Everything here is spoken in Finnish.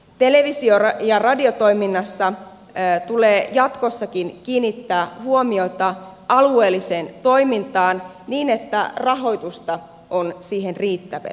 televisio ja radiotoiminnassa tulee jatkossakin kiinnittää huomiota alueelliseen toimintaan niin että rahoitusta on siihen riittävästi